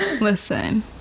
listen